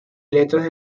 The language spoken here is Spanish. letras